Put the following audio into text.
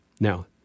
Now